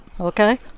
Okay